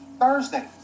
Thursday